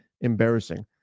embarrassing